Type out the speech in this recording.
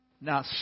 Now